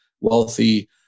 wealthy